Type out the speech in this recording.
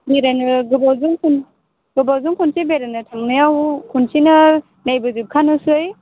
बेरायनो गोबावजों खनसे बेरायनो थांनायाव खनसेनो नायबोजोबखानोसै